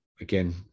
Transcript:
Again